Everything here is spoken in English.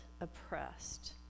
oppressed